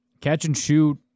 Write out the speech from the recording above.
catch-and-shoot